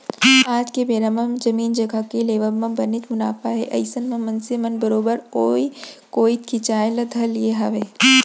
आज के बेरा म जमीन जघा के लेवब म बनेच मुनाफा हे अइसन म मनसे मन बरोबर ओइ कोइत खिंचाय ल धर लिये हावय